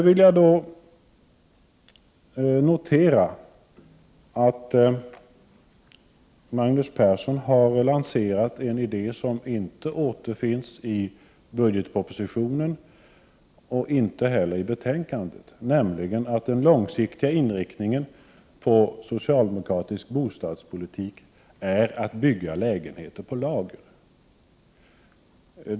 Jag noterar också att Magnus Persson lanserar en idé som inte återfinns i budgetpropositionen och inte heller i betänkandet, nämligen den att den långsiktiga inriktningen av socialdemokratisk bostadspolitik är att bygga lägenheter på lager.